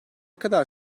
kadar